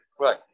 right